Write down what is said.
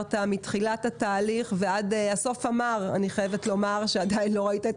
מתחילת התהליך ועד הסוף המר כשעדיין לא ראית את